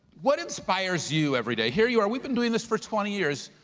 what inspires you every day? here you are, we've been doing this for twenty years.